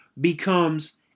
becomes